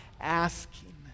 asking